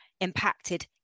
impacted